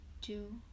two